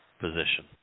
position